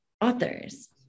authors